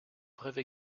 brève